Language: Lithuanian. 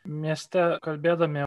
mieste kalbėdami